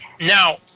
Now